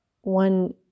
one